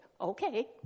okay